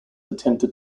attempted